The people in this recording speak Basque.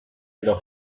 edo